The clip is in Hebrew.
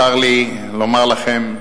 צר לי לומר לכם,